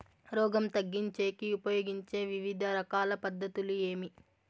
రోగం తగ్గించేకి ఉపయోగించే వివిధ రకాల పద్ధతులు ఏమి?